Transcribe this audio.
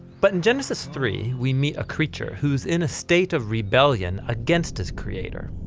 but in genesis three we meet a creature who is in a state of rebellion against his creator.